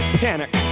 panic